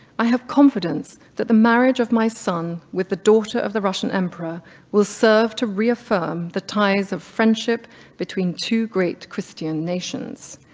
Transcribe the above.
i have confidence that the marriage of my son with the daughter of the russian emperor will serve to reaffirm the ties of friendship between two great christian nations.